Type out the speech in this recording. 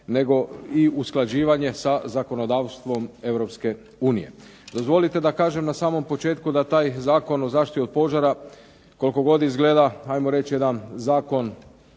nego i usklađivanje sa zakonodavstvom Europske unije. Dozvolite da kažem na samom početku da taj Zakon o zaštiti od požara koliko god izgleda ajmo reći jedan zakon